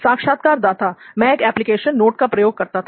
साक्षात्कारदाता मैं एक एप्लीकेशन नोट का प्रयोग करता था